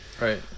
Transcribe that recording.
right